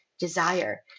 desire